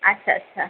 আচ্ছা আচ্ছা